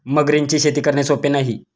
मगरींची शेती करणे सोपे नाही